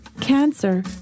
cancer